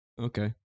Okay